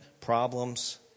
problems